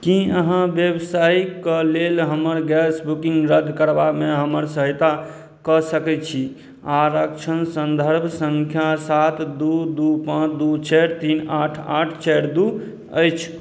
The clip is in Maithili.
की अहाँ ब्यावसायिकके लेल हमर गैस बुकिंग रद्द करबामे हमर सहायता कऽ सकैत छी आरक्षण सन्दर्भ संख्या सात दू दू पाँच दू चारि तीन आठ आठ चारि दू अछि